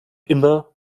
immer